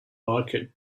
market